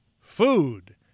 food